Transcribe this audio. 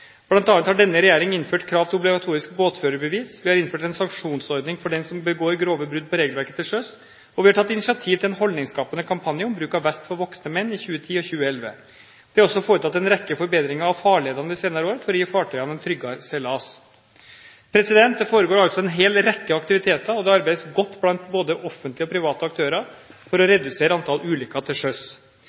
har denne regjeringen innført krav til obligatorisk båtførerbevis, vi har innført en sanksjonsordning for den som begår grove brudd på regelverket til sjøs, og vi har tatt initiativ til en holdningsskapende kampanje om bruk av vest for voksne menn i 2010 og 2011. Det er også foretatt en rekke forbedringer av farledene de senere årene for å gi fartøyene en tryggere seilas. Det foregår altså en hel rekke aktiviteter, og det arbeides godt blant både offentlige og private aktører for å redusere antall ulykker til sjøs.